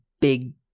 big